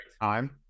time